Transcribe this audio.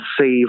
save